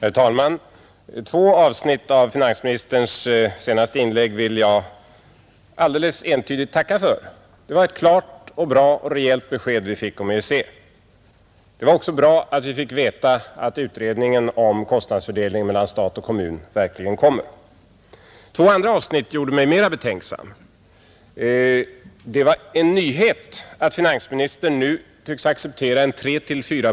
Herr talman! Två avsnitt av finansministerns senaste inlägg vill jag alldeles entydigt tacka för. Det var ett klart och bra och rejält besked vi fick om EEC. Det var också bra att vi fick veta att utredningen om kostnadsfördelningen mellan stat och kommun verkligen kommer. Två andra avsnitt gjorde mig däremot betänksam. Det var en nyhet att finansministern nu tycks acceptera en inflation på 3—4